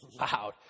Loud